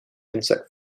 insect